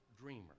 dreamer